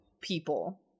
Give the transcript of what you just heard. people